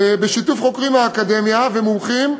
בשיתוף חוקרים מהאקדמיה ומומחים,